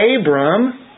Abram